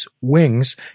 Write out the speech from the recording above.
wings